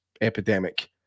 epidemic